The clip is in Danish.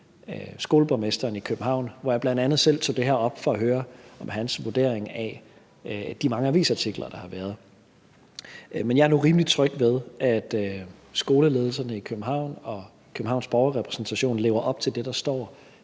skoleborgmesteren i København, hvor jeg bl.a. selv tog det her op for at høre hans vurdering af de mange avisartikler, der har været. Men jeg er nu rimelig tryg ved, at skoleledelserne i København og Københavns Borgerrepræsentation lever op til det, der står